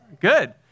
Good